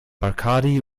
bacardi